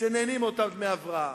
שנהנים מאותם דמי הבראה.